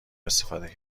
استفاده